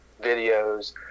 videos